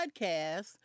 podcast